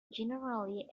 generally